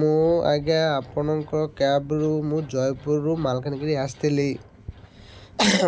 ମୁଁ ଆଜ୍ଞା ଆପଣଙ୍କ କ୍ୟାବ୍ରୁ ମୁଁ ଜୟପୁରରୁ ମାଲକାନଗିରି ଆସିଥିଲି